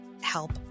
help